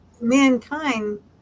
mankind